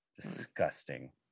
Disgusting